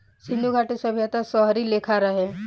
सिन्धु घाटी सभ्यता शहरी लेखा रहे